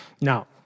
Now